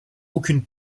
aucune